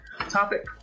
topic